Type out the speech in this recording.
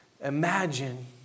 Imagine